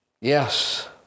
Yes